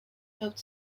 helped